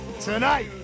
tonight